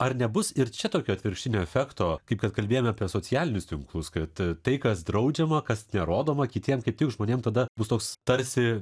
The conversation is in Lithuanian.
ar nebus ir čia tokio atvirkštinio efekto kaip kad kalbėjome apie socialinius tinklus kad tai kas draudžiama kas nerodoma kitiem kaip tik žmonėm tada bus toks tarsi